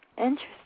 Interesting